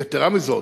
יתירה מזאת,